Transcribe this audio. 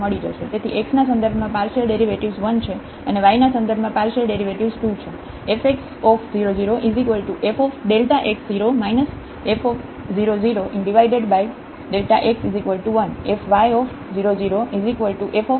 તેથી x ના સંદર્ભમાં પાર્શિયલ ડેરિવેટિવ્ઝ 1 છે અને y ના સંદર્ભમાં પાર્શિયલ ડેરિવેટિવ્ઝ 2 છે